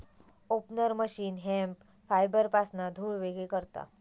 opener machine hemp फायबरपासना धुळ वेगळी करता